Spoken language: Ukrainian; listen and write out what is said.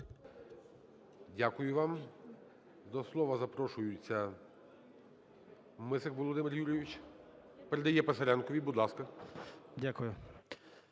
Дякую вам. До слова запрошується Мисик Володимир Юрійович. Передає Писаренкові. Будь ласка.